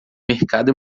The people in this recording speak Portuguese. mercado